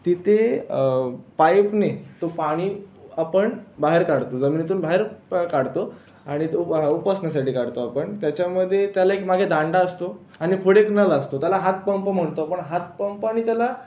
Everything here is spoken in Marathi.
तिथे पाईपनी तो पाणी आपण बाहेर काढतो जमिनीतून बाहेर प काढतो आणि तो उपसण्यासाठी काढतो आपण त्याच्यामध्ये त्याला एक मागे दांडा असतो आणि पुढे एक नळ असतो त्याला हातपंप म्हणतो हातपंपाने त्याला